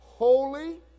Holy